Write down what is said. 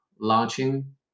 launching